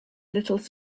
little